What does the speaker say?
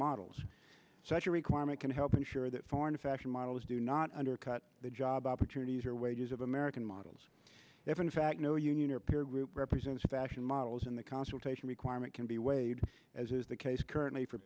models such a requirement can help ensure that foreign fashion models do not undercut the job opportunities are wages of american models if in fact no union or peer group represents fashion models in the consultation requirement can be weighed as is the case currently for